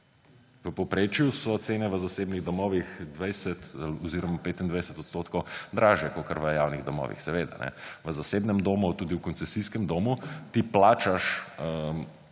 V povprečju so cene v zasebnih domovih 20 oziroma 25 % dražje kakor v javnih domovih. Seveda, v zasebnem domu, tudi v koncesijskem domu ti plačaš